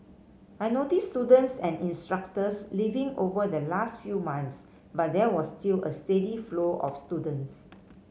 I noticed students and instructors leaving over the last few months but there was still a steady flow of students